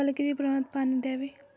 गव्हाला किती प्रमाणात पाणी द्यावे?